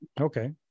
Okay